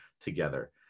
together